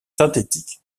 synthétique